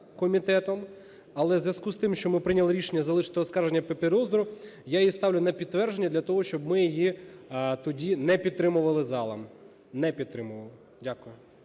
але в зв'язку з тим, що ми прийняли рішення залишити оскарження про підозру, я її ставлю на підтвердження для того, щоб ми її тоді не підтримували залом. Не підтримували. Дякую.